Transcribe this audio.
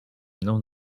mną